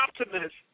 optimist